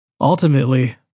Ultimately